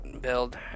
build